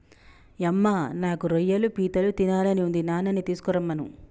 యమ్మ నాకు రొయ్యలు పీతలు తినాలని ఉంది నాన్ననీ తీసుకురమ్మను